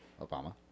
Obama